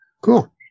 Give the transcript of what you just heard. Cool